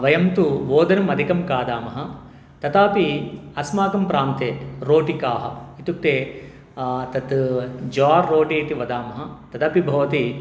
वयं तु ओदनम् अधिकं खादामः तथापि अस्माकं प्रान्ते रोटिकाः इत्युक्ते तत् जोर् रोटी इति वदामः तदपि भवति